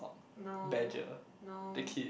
no no